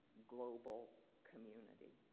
global community.